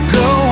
go